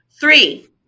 Three